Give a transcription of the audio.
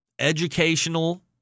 educational